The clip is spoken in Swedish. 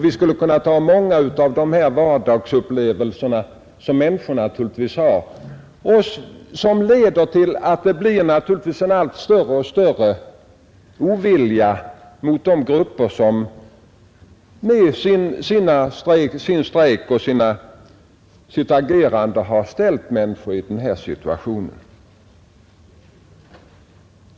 Vi skulle kunna anföra många exempel på sådana här vardagsupplevelser som människorna har och som naturligtvis leder till att det blir en allt större ovilja mot de grupper som med sin strejk och sitt agerande har ställt människor i denna situation.